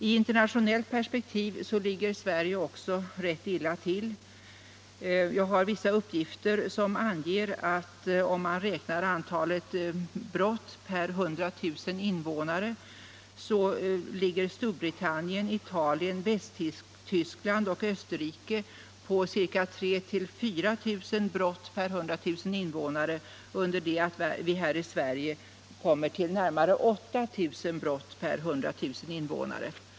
I internationellt perspektiv ligger Sverige ganska illa till, om man ser till antalet brott per 100 000 invånare. Jag har uppgifter om att Storbritannien, Italien, Västtyskland och Österrike har 3 000-4 000 brott per 100 000 invånare, under det att vi här i Sverige kommer upp i närmare 8 000 brott per 100 000 invånare.